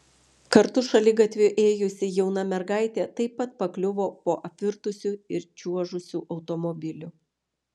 kartu šaligatviu ėjusi jauna mergaitė taip pat pakliuvo po apvirtusiu ir čiuožusiu automobiliu